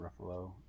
ruffalo